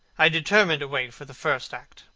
i determined to wait for the first act.